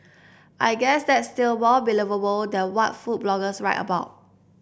I guess that's still more believable than what food bloggers write about